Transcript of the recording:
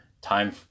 time